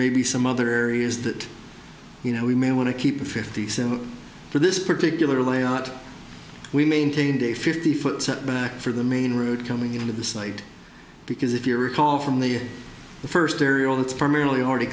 may be some other areas that you know we may want to keep fifty seven for this particular layout we maintained a fifty foot setback for the main road coming into the site because if you recall from the first aerial it's formerly already